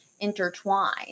intertwine